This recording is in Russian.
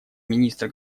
министра